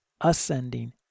ascending